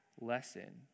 lesson